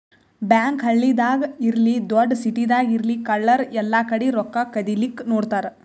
bank ಹಳ್ಳಿದಾಗ್ ಇರ್ಲಿ ದೊಡ್ಡ್ ಸಿಟಿದಾಗ್ ಇರ್ಲಿ ಕಳ್ಳರ್ ಎಲ್ಲಾಕಡಿ ರೊಕ್ಕಾ ಕದಿಲಿಕ್ಕ್ ನೋಡ್ತಾರ್